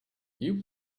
you